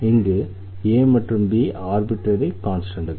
இங்கே a மற்றும் b arbitrary கான்ஸ்டண்ட்கள்